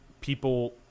People